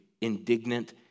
indignant